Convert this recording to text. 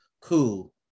cool